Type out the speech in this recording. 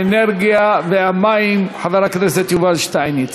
האנרגיה והמים חבר הכנסת יובל שטייניץ.